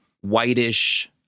whitish